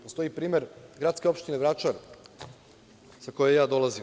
Postoji primer gradske opštine Vračar sa koje ja dolazim.